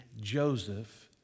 Joseph